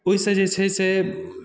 ओहिसँ जे छै से